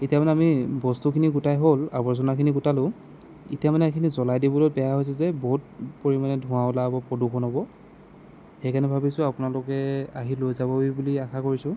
এতিয়া মানে আমি বস্তুখিনি গোটাই হ'ল আৱৰ্জনাখিনি গোটালোঁ এতিয়া মানে সেইখিনি জ্বলাই দিবলৈ বেয়া হৈছে যে বহুত পৰিমাণে ধোঁৱা ওলাব প্ৰদূষণ হ'ব সেইকাৰণে ভাবিছোঁ আপোনালোকে আহি লৈ যাবহি বুলি আশা কৰিছোঁ